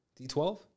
D12